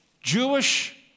Jewish